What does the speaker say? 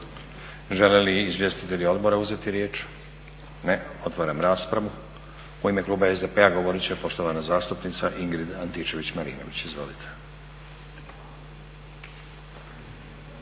Žele li izvjestitelji odbora uzeti riječ? Ne. Otvaram raspravu. U ime kluba SDP-a govorit će poštovana zastupnica Ingrid Antičević-Marinović. Izvolite.